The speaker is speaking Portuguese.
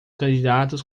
candidatos